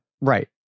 Right